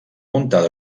muntada